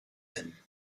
him